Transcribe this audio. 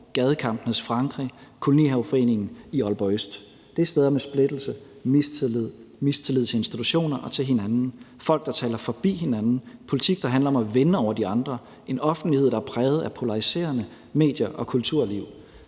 gadekampenes Frankrig eller kolonihaveforeningen i Aalborg Øst. Det er steder med splittelse, mistillid, mistillid til institutioner og til hinanden. Det er folk, der taler forbi hinanden, det er politik, der handler om at vinde over de andre. Og det er en offentlighed, der er præget af polariserende medier og kulturliv.